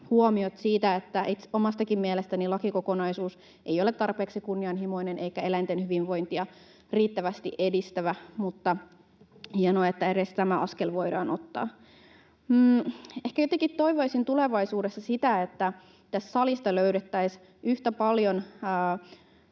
huomiot, omastakaan mielestäni lakikokonaisuus ei ole tarpeeksi kunnianhimoinen eikä eläinten hyvinvointia riittävästi edistävä, mutta on hienoa, että edes tämä askel voidaan ottaa. Ehkä jotenkin toivoisin tulevaisuudessa sitä, että tästä salista löydettäisiin yhtä paljon